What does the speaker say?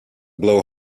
blow